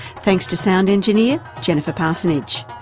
thanks to sound engineer, jennifer parsonage.